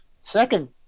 Second